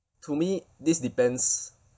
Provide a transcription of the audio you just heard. to me this depends